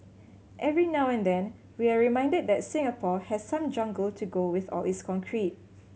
every now and then we're reminded that Singapore has some jungle to go with all its concrete